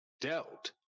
dealt